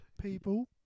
People